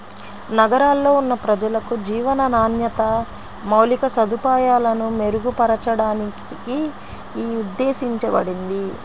నగరాల్లో ఉన్న ప్రజలకు జీవన నాణ్యత, మౌలిక సదుపాయాలను మెరుగుపరచడానికి యీ ఉద్దేశించబడింది